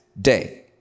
day